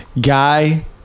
guy